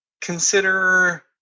consider